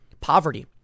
Poverty